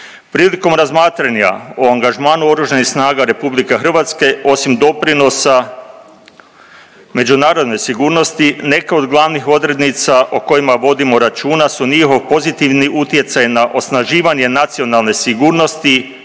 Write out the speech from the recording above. Prilikom razmatranja o angažmanu Oružanih snaga Republike Hrvatske osim doprinosa međunarodne sigurnosti neke od glavnih odrednica o kojima vodimo računa su njihov pozitivni utjecaj na osnaživanje nacionalne sigurnosti,